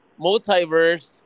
multiverse